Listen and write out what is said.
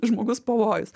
žmogus pavojus